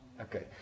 Okay